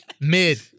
Mid